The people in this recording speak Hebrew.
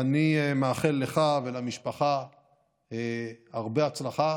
אני מאחל לך ולמשפחה הרבה הצלחה.